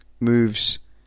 moves